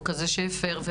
או כזה שהפר.